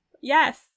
Yes